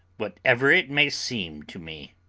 whatever it may seem to me.